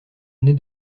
nez